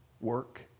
work